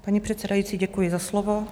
Paní předsedající, děkuji za slovo.